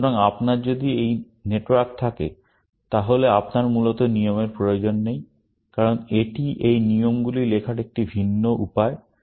সুতরাং আপনার যদি এই নেটওয়ার্ক থাকে তাহলে আপনার মূলত নিয়মের প্রয়োজন নেই কারণ এটি এই নিয়মগুলি লেখার একটি ভিন্ন উপায়